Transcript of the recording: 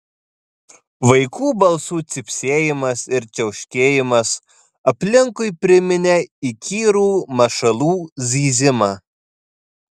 vaikų balsų cypsėjimas ir čiauškėjimas aplinkui priminė įkyrų mašalų zyzimą